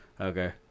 Okay